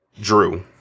Drew